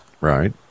Right